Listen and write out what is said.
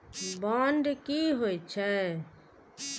Bond की होई छै?